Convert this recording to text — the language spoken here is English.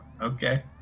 okay